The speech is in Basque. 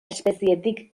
espezietik